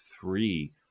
three